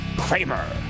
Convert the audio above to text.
Kramer